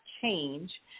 change